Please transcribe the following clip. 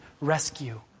rescue